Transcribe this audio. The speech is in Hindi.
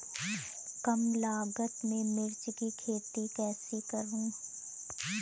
कम लागत में मिर्च की खेती कैसे करूँ?